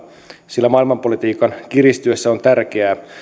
sillä maailmanpolitiikan kiristyessä on tärkeää